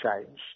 change